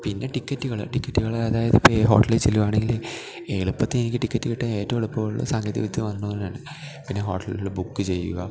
പിന്നെ ടിക്കറ്റ്കള് ടിക്കറ്റ്കള് അതായതിപ്പ ഈ ഹോട്ടലി ചെല്ലുവാണെങ്കില് എളുപ്പത്തി എനിക്ക് ടിക്കറ്റ് കിട്ടാന് ഏറ്റോം എളുപ്പവൊള്ള സാങ്കേതികവിദ്യ വന്നത് കൊണ്ടാണ് പിന്നെ ഹോട്ടല്കൾല് ബുക്ക് ചെയ്യുക